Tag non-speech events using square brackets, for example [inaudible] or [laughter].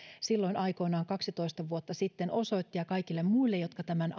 silloin aikoinaan kaksitoista vuotta sitten osoitti ja kaikille muille jotka tämän [unintelligible]